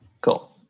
Cool